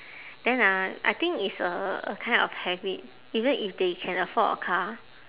then ah I think it's a a kind of habit even if they can afford a car